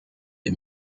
des